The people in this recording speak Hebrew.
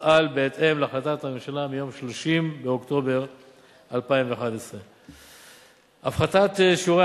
ופעל בהתאם להחלטת הממשלה מיום 30 באוקטובר 2011. הפחתת שיעורי